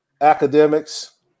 Academics